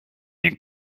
den